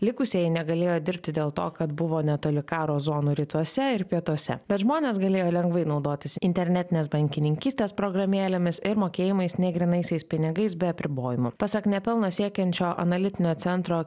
likusieji negalėjo dirbti dėl to kad buvo netoli karo zonų rytuose ir pietuose bet žmonės galėjo lengvai naudotis internetinės bankininkystės programėlėmis ir mokėjimais nei grynaisiais pinigais be apribojimų pasak ne pelno siekiančio analitinio centro